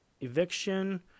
eviction